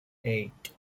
eight